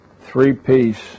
three-piece